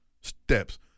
steps